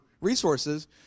resources